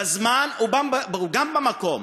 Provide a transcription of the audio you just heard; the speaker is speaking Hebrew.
בזמן וגם במקום,